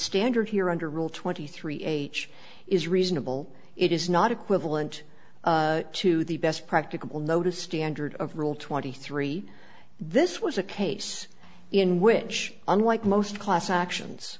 standard here under rule twenty three age is reasonable it is not equivalent to the best practicable notice standard of rule twenty three this was a case in which unlike most class